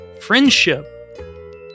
friendship